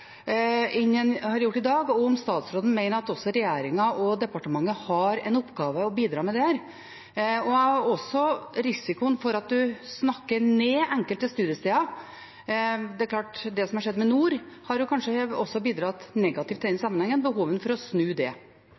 i dag, og om statsråden mener at også regjeringen og departementet har en oppgave å bidra med her. Det er en risiko for at man snakker ned enkelte studiesteder – og det som har skjedd med Nord universitet, har kanskje også bidratt negativt i denne sammenhengen – og det er behov for å snu det.